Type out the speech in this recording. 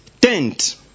tent